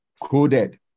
coded